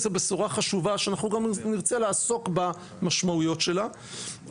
זה בשורה חשובה שאנחנו גם נרצה לעסוק במשמעויות שלה,